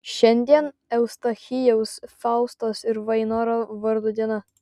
šiandien eustachijaus faustos ir vainoro vardo diena